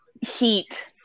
heat